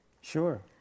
Sure